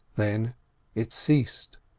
then it ceased,